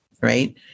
right